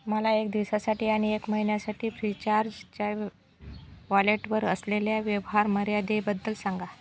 मला एक दिवसासाठी आणि एक महिन्यासाठी फ्रीचार्जच्या वॉलेटवर असलेल्या व्यवहार मर्यादेबद्दल सांगा